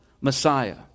Messiah